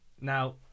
Now